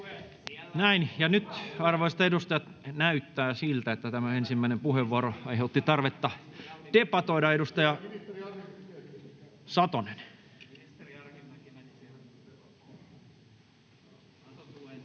Content: Nyt, arvoisat edustajat, näyttää siltä, että tämä ensimmäinen puheenvuoro aiheutti tarvetta debatoida. — Edustaja Satonen.